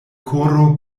koro